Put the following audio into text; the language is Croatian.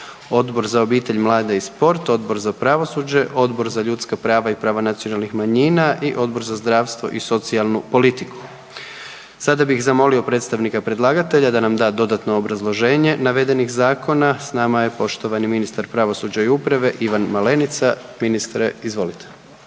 Odbor za obitelj, mlade i sport, Odbor za pravosuđe, Odbor za ljudska prava i prava nacionalnih manjina i Odbor za zdravstvo i socijalnu politiku. Sada bih zamolio predstavnika predlagatelja da nam da dodatno obrazloženje navedenih zakona. S nama je ministar pravosuđa i uprave Ivan Malenica. Ministre, izvolite.